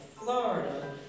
Florida